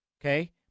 Okay